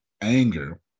anger